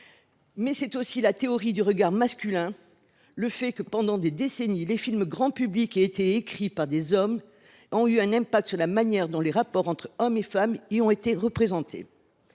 Cela tient aussi à la théorie du regard masculin : le fait que, des décennies durant, les films pour grand public ont été écrits par des hommes a eu un effet sur la manière dont les rapports entre hommes et femmes y ont été représentés.